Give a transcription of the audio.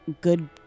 Good